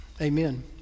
amen